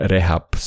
Rehab